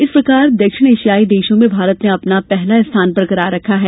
इस प्रकार दक्षिण एशियाई देशों में भारत ने अपना पहला स्थान बरकरार रखा है